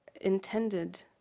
intended